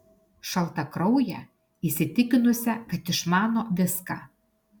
šaltakrauję įsitikinusią kad išmano viską